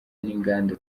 n’inganda